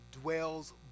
dwells